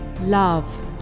love